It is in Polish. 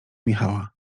michała